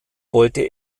wollte